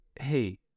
hey